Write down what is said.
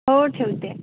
हो ठेवते